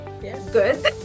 good